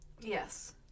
Yes